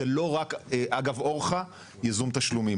זה לא רק אגב אורכה ייזום תשלומים.